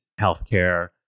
healthcare